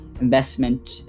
investment